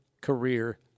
career